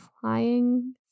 flying